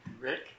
Rick